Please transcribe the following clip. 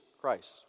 Christ